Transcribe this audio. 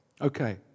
Okay